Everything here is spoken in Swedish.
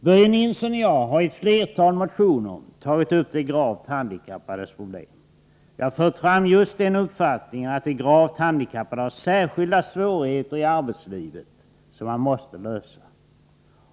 Börje Nilsson och jag har i ett flertal motioner tagit upp de gravt handikappades problem. Vi har fört fram den uppfattningen att de gravt handikappade har särskilda problem i arbetslivet, som man måste lösa.